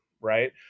right